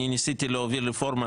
אני ניסיתי להוביל רפורמה,